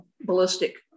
ballistic